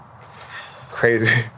crazy